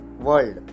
world